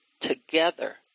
together